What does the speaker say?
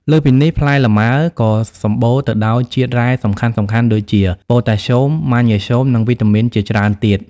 លើសពីនេះ ផ្លែលម៉ើក៏សម្បូរទៅដោយជាតិរ៉ែសំខាន់ៗដូចជា ប៉ូតាស្យូម ម៉ាញ៉េស្យូម និងវីតាមីនជាច្រើនទៀត។